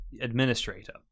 administrator